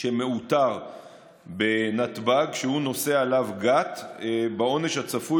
שמאותר בנתב"ג שנושא עליו גת בעונש הצפוי